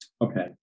Okay